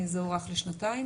זה הוארך לשנתיים.